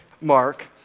Mark